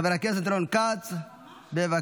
חבר הכנסת רון כץ, בבקשה.